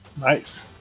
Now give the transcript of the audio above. Nice